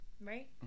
right